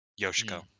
Yoshiko